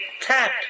tap